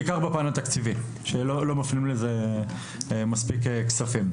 בעיקר בפן התקציבי לא מפנים לזה מספיק כספים.